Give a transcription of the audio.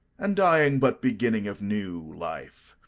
and dying but beginning of new life.